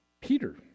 Peter